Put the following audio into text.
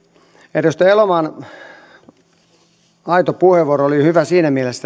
edustaja elomaan aito puheenvuoro oli hyvä siinä mielessä